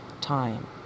time